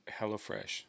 HelloFresh